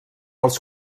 als